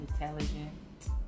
intelligent